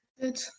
Good